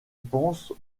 pense